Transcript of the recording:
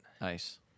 nice